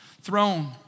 Throne